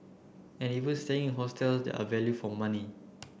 and even staying in hostels that are value for money